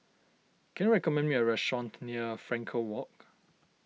can you recommend me a restaurant near Frankel Walk